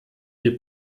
ihr